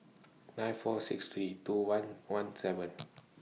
nine four six three two one one seven